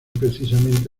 precisamente